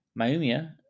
Maumia